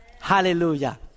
Hallelujah